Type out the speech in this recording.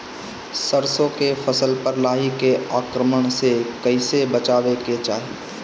सरसो के फसल पर लाही के आक्रमण से कईसे बचावे के चाही?